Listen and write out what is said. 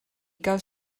gael